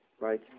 Right